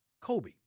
Kobe